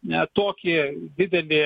ne tokį didelį